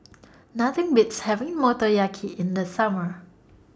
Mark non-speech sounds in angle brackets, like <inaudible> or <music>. <noise> Nothing Beats having Motoyaki in The Summer